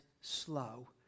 slow